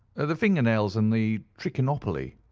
ah the finger nails and the trichinopoly,